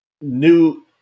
new